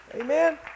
amen